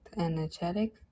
Energetic